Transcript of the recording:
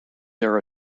their